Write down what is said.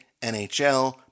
NHL